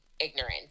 ignorant